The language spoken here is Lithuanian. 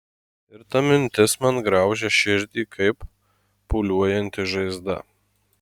ir ta mintis man graužia širdį kaip pūliuojanti žaizda